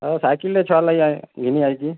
ହଁ ସାଇକେଲ୍ଟେ ଛୁଆ ଲାଗି ଘିନି ଆଇଛି